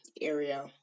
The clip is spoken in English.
area